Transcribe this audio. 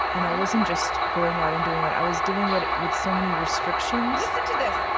and i wasn't just going out and doing it. i was doing it with so many restrictions listen to this.